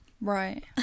right